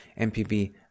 MPB